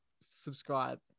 subscribe